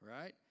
right